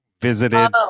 visited